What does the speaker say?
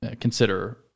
consider